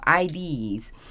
IDs